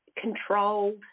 controlled